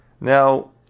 Now